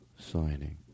signing